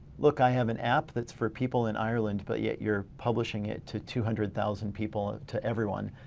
look i have an app that's for people in ireland, but yet you're publishing it to two hundred thousand people, to everyone,